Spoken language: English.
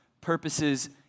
purposes